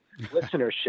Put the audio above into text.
listenership